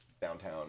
downtown